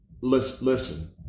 listen